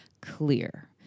clear